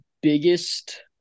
biggest